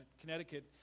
Connecticut